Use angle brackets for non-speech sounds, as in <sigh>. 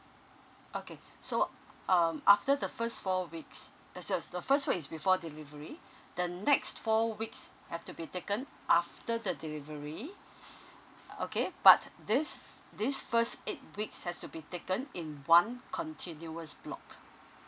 okay so um after the first four weeks eh sorry the first week is before delivery the next four weeks have to be taken after the delivery <breath> okay but this this first eight weeks has to be taken in one continuous block